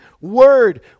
Word